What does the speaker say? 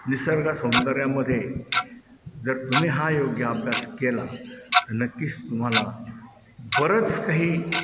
निसर्गा सौंदर्यामध्ये जर तुम्ही हा योग्याभ्यास केला तर नक्कीच तुम्हाला बरंच काही